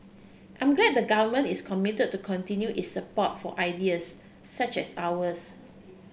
I'm glad the Government is committed to continue its support for ideas such as ours